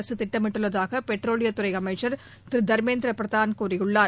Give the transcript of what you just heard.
அரசு திட்டமிட்டுள்ளதாக பெட்ரோலியத்துறை அமைச்சர் திரு தர்மேந்திர பிரதான் கூறியுள்ளார்